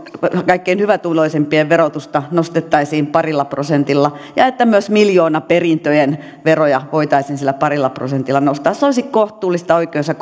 kaikkein hyvätuloisimpien verotusta nostettaisiin parilla prosentilla ja että myös miljoonaperintöjen veroja voitaisiin sillä parilla prosentilla nostaa se olisi kohtuullista oikeus ja